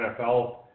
NFL